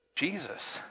Jesus